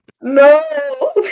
No